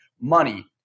money